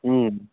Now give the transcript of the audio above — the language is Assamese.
ও